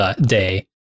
day